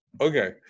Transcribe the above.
Okay